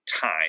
time